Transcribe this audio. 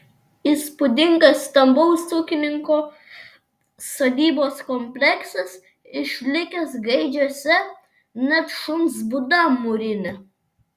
įspūdingas stambaus ūkininko sodybos kompleksas išlikęs gaidžiuose net šuns būda mūrinė